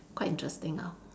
quite interesting ah